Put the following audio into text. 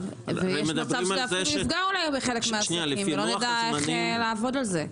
ואולי אף יפגע בחלק מהעסקים ולא נדע איך לעבוד על זה.